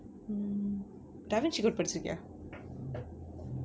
mm da vinci code படிச்சுறிக்கியா:padichurikkiyaa